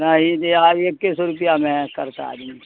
نہیں جی ایک کے سو روپیہ میں ہے کرتا آدمی